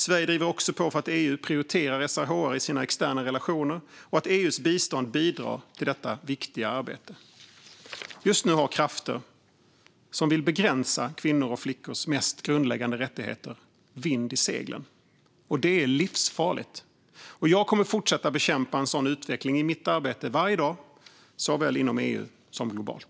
Sverige driver också på för att EU prioriterar SRHR i sina externa relationer och för att EU:s bistånd bidrar till detta viktiga arbete. Just nu har krafter som vill begränsa kvinnors och flickors mest grundläggande rättigheter vind i seglen. Detta är livsfarligt. Jag kommer att fortsätta bekämpa en sådan utveckling i mitt arbete varje dag, såväl inom EU som globalt.